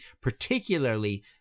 particularly